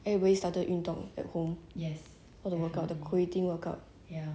everybody started 运动 at home how to workout the creating workout